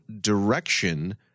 direction